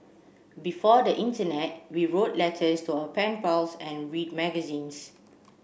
before the internet we wrote letters to our pen pals and read magazines